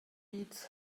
beats